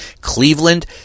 Cleveland